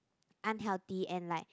unhealthy and like